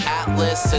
atlas